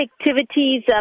activities